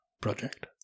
project